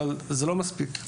אבל זה לא מספיק.